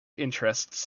interests